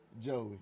Joey